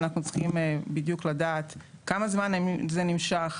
אנחנו צריכים לדעת כמה זמן זה נמשך,